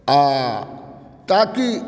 आ ताकि